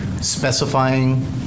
specifying